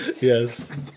Yes